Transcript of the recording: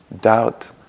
doubt